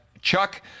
Chuck